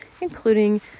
including